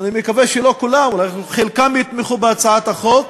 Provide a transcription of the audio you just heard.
אני מקווה שלא כולם, אולי חלקם יתמכו בהצעת החוק,